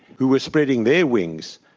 who were spreading their wings,